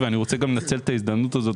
אני רוצה לנצל את ההזדמנות הזו,